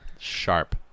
Sharp